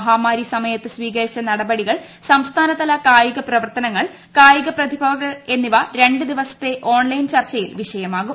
മഹാമാരി സമയത്ത് സ്വീകരിച്ച നടപടികൾ സംസ്ഥാനതല കായിക പ്രവർത്തനങ്ങൾ കായിക പ്രതിഭകൾ എന്നിവ രണ്ട് ദിവസത്തെ ഓൺലൈൻ ചർച്ചയിൽ വിഷയമാകും